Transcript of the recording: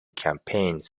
campaigns